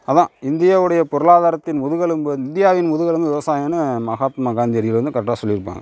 அதான் இந்தியாவுடைய பொருளாதாரத்தின் முதுகெலும்பு இந்தியாவின் முதுகெலும்பு விவசாயம்னு மகாத்மா காந்தியடிகள் வந்து கரெக்டா சொல்லிருப்பாங்க